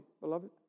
beloved